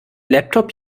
laptop